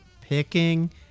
picking